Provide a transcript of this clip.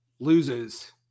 Loses